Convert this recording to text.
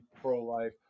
pro-life